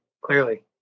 clearly